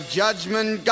judgment